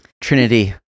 Trinity